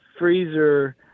freezer